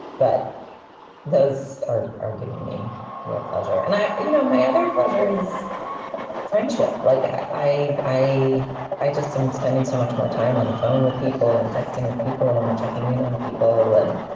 but those are are giving me real pleasure. and i you know, my other pleasure is friendship. like, i i i i just am spending so much more time on the phone with people and texting with people and checking in on people and,